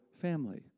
family